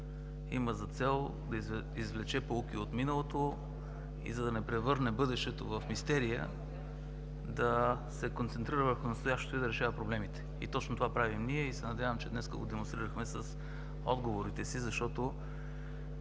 има за цел да извлече поуки от миналото и, за да не превърне бъдещо в мистерия, да се концентрира върху настоящето и да решава проблемите. И точно това правим ние! И се надявам, че днес го демонстрирахме с отговорите си, защото